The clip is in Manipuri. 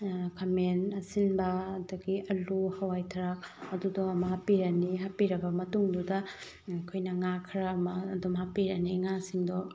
ꯈꯥꯃꯦꯟ ꯑꯁꯤꯟꯕ ꯑꯗꯒꯤ ꯑꯂꯨ ꯍꯋꯥꯏꯊ꯭ꯔꯥꯛ ꯑꯗꯨꯗꯣ ꯑꯃꯨꯛ ꯍꯥꯞꯄꯤꯔꯅꯤ ꯍꯥꯞꯄꯤꯔꯕ ꯃꯇꯨꯡꯗꯨꯗ ꯑꯩꯈꯣꯏꯅ ꯉꯥ ꯈꯔ ꯑꯃ ꯑꯗꯨꯝ ꯍꯥꯞꯄꯤꯔꯅꯤ ꯉꯥꯁꯤꯁꯤꯡꯗꯣ